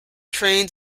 trains